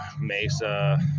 Mesa